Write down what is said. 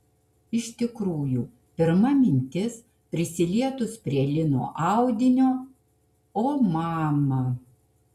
iš tikrųjų pirma mintis prisilietus prie lino audinio o mama